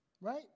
Right